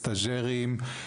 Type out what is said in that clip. סטז'רים,